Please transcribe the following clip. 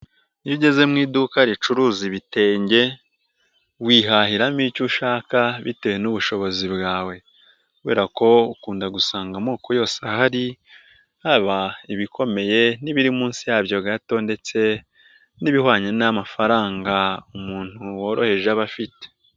Iyo ugeze mu iduka ricuruza ibitenge wihahiramo icyo ushaka bitewe n'ubushobozi bwawe kubera ko ukunda gusanga amoko yose ahari, haba ibikomeye n'ibiri munsi yabyo gato ndetse n'ibihwanye n'amafaranga umuntu woroheje aba afite.